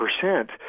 percent